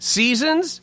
seasons